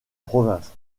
province